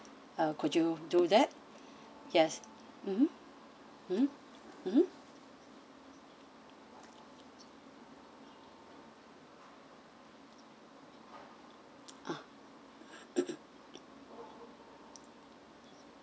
uh could you do that yes mmhmm ah